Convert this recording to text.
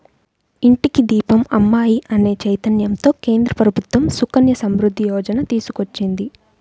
ఇంటికి దీపం అమ్మాయి అనే చైతన్యంతో కేంద్ర ప్రభుత్వం సుకన్య సమృద్ధి యోజన తీసుకొచ్చింది